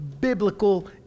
biblical